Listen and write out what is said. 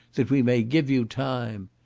that we may give you time.